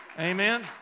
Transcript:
Amen